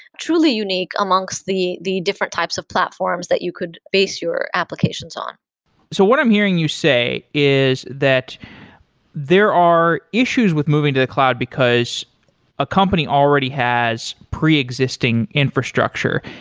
truly unique amongst the the different types of platforms that you could base your applications on. so what i'm hearing you say is that there are issues with moving to the cloud because a company already has pre-existing infrastructure.